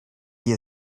you